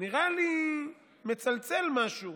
נראה לי מצלצל משהו